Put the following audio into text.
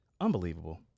unbelievable